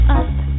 up